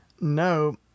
no